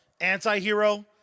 anti-hero